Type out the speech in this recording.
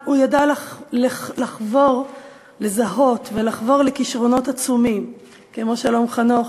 הוא ידע לזהות ולחבור לכישרונות עצומים כמו שלום חנוך,